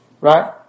Right